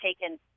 Taken